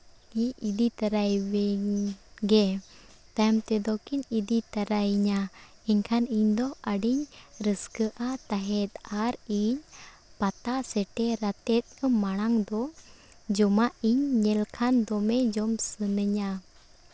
ᱠᱤ ᱤᱫᱤ ᱛᱚᱨᱟᱭᱮᱵᱤᱱ ᱜᱮ ᱛᱟᱭᱚᱢ ᱛᱮᱫᱚ ᱠᱤᱱ ᱤᱫᱤ ᱛᱚᱨᱟᱭᱤᱧᱟᱹ ᱮᱱᱠᱷᱟᱱ ᱤᱧ ᱫᱚ ᱟᱹᱰᱤᱧ ᱨᱟᱹᱥᱠᱟᱹᱜᱼᱟ ᱛᱟᱦᱮᱸᱫ ᱟᱨ ᱤᱧ ᱯᱟᱛᱟ ᱥᱮᱴᱮᱨᱟᱛᱮᱫ ᱢᱟᱲᱟᱝ ᱫᱚ ᱡᱚᱢᱟᱜ ᱤᱧ ᱧᱮᱞ ᱠᱷᱟᱱ ᱫᱚᱢᱮ ᱡᱚᱢ ᱥᱟᱱᱟᱧᱟ